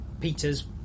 Peter's